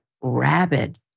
rabid